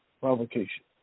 provocation